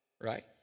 right